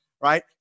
right